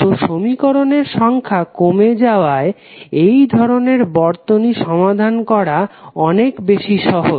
তো সমীকরণের সংখ্যা কমে যাওয়ায় এই ধরনের বর্তনী সমাধান করা অনেক বেশি সহজ